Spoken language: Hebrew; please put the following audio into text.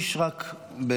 יונתן מישרקי.